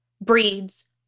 breeds